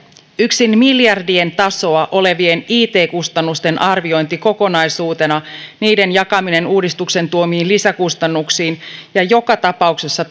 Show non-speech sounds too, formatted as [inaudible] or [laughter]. yksin miljardien tasoa olevien it kustannusten arviointi kokonaisuutena niiden jakaminen uudistuksen tuomiin lisäkustannuksiin ja joka tapauksessa [unintelligible]